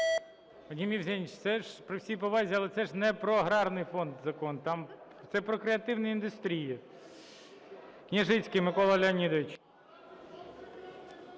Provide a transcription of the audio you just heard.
Вадим Євгенович, це ж, при всій повазі, але це ж не про Аграрний фонд закон, це про креативні індустрії. Княжицький Микола Леонідович.